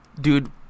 dude